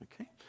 okay